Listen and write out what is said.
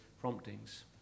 promptings